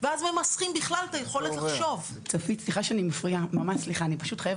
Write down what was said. זו המועצה היחידה שהוקמה מכוח החלטת